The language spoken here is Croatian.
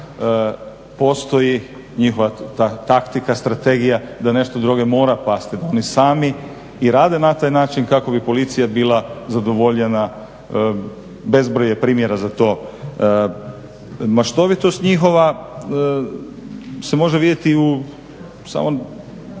postoji njihova taktika, strategija da nešto droge mora pasti, da oni sami i rade na taj način kako bi policija bila zadovoljena. Bezbroj je primjera za to. Maštovitost njihova se može vidjeti i u samoj